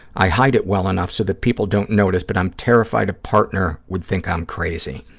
i hide it well enough so that people don't notice, but i'm terrified a partner would think i'm crazy.